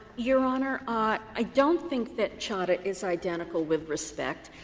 your honor, ah i don't think that chadha is identical, with respect.